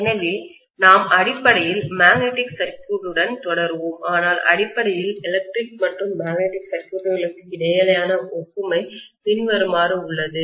எனவே நாம் அடிப்படையில் மேக்னடிக் சர்க்யூட் உடன் தொடருவோம் ஆனால் அடிப்படையில் எலக்ட்ரிக் மற்றும் மேக்னடிக் சர்க்யூட்களுக்கு இடையிலான ஒப்புமை பின்வருமாறு உள்ளது